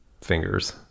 fingers